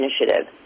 initiative